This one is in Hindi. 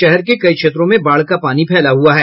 शहर के कई क्षेत्रों में बाढ़ का पानी फैला हुआ है